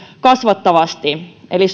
kasvattavasti eli